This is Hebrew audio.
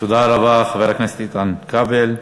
תודה רבה, חבר הכנסת איתן כבל.